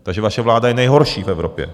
Takže vaše vláda je nejhorší v Evropě.